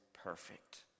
perfect